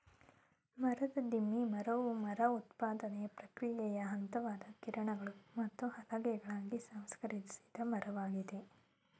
ಮರದ ದಿಮ್ಮಿ ಮರವು ಮರ ಉತ್ಪಾದನೆಯ ಪ್ರಕ್ರಿಯೆಯ ಹಂತವಾದ ಕಿರಣಗಳು ಮತ್ತು ಹಲಗೆಗಳಾಗಿ ಸಂಸ್ಕರಿಸಿದ ಮರವಾಗಿದೆ